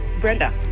Brenda